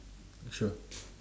sure